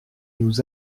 nous